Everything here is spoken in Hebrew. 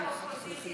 קבוצת